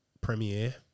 premiere